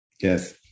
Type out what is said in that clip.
yes